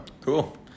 Cool